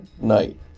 night